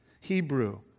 Hebrew